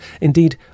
indeed